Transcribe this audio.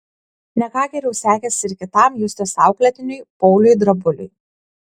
ne ką geriau sekėsi ir kitam justės auklėtiniui pauliui drabuliui